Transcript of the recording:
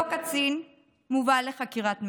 אותו קצין מובא לחקירת מצ"ח.